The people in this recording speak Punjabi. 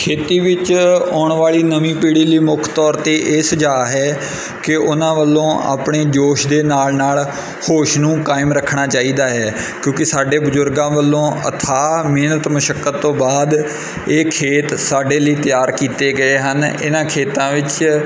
ਖੇਤੀ ਵਿੱਚ ਆਉਣ ਵਾਲੀ ਨਵੀਂ ਪੀੜ੍ਹੀ ਲਈ ਮੁੱਖ ਤੌਰ 'ਤੇ ਇਹ ਸੁਝਾਅ ਹੈ ਕਿ ਉਹਨਾਂ ਵੱਲੋਂ ਆਪਣੇ ਜੋਸ਼ ਦੇ ਨਾਲ ਨਾਲ ਹੋਸ਼ ਨੂੰ ਕਾਇਮ ਰੱਖਣਾ ਚਾਹੀਦਾ ਹੈ ਕਿਉਂਕਿ ਸਾਡੇ ਬਜ਼ੁਰਗਾਂ ਵੱਲੋਂ ਅਥਾਹ ਮਿਹਨਤ ਮੁਸ਼ੱਕਤ ਤੋਂ ਬਾਅਦ ਇਹ ਖੇਤ ਸਾਡੇ ਲਈ ਤਿਆਰ ਕੀਤੇ ਗਏ ਹਨ ਇਹਨਾਂ ਖੇਤਾਂ ਵਿੱਚ